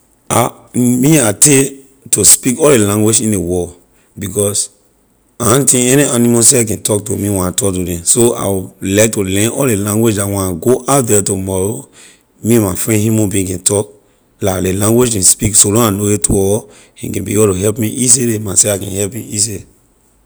me, I take to speak all ley language in the world because I na think any animal seh can talk to me when I talk to them so I will like to learn all ley language that when I go out the tomorrow me and my friend human being can talk la ley language ley speak so long I know it two wor us he can be able to help me easily myself I can help him easy.